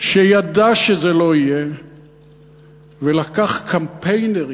שידע שזה לא יהיה ולקח קמפיינרים